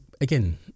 again